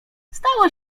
stało